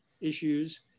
Issues